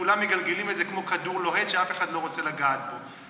כולם מגלגלים את זה כמו כדור לוהט שאף אחד לא רוצה לגעת בו.